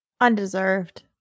Undeserved